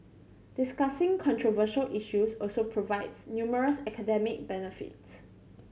discussing controversial issues also provides numerous academic benefits